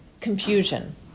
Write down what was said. confusion